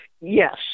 Yes